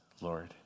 Lord